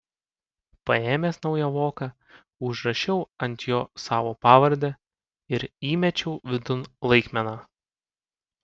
paėmęs naują voką užrašiau ant jo savo pavardę ir įmečiau vidun laikmeną